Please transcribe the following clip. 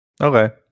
Okay